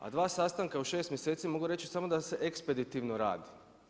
A dva sastanka u 6 mjeseci, mogu reći samo da se ekspeditivno radi.